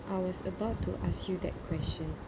I was about to ask you that question